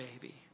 baby